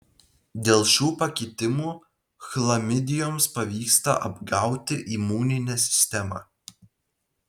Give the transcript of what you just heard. dėl šių pakitimų chlamidijoms pavyksta apgauti imuninę sistemą